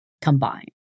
combine